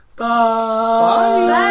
Bye